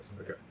Okay